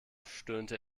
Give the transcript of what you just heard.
stöhnte